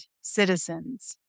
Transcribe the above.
citizens